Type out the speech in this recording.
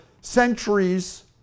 centuries